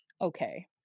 okay